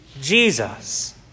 Jesus